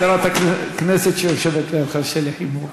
וגם את חברת הכנסת שיושבת לידך, שלי יחימוביץ.